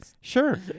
Sure